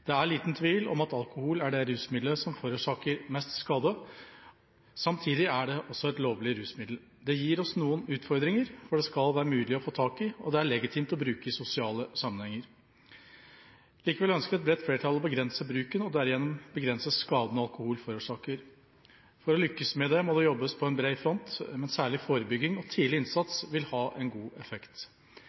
Det er liten tvil om at alkohol er det rusmiddelet som forårsaker mest skade. Samtidig er det også et lovlig rusmiddel. Det gir oss noen utfordringer, for det skal være mulig å få tak i, og det er legitimt å bruke i sosiale sammenhenger. Likevel ønsker et bredt flertall å begrense bruken og derigjennom begrense skadene alkohol forårsaker. For å lykkes med det må det jobbes på bred front, men særlig forebygging og tidlig innsats vil ha en god effekt.